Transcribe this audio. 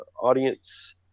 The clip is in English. audience